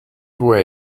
wear